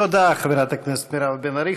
תודה לחברת הכנסת מירב בן ארי.